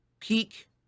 peak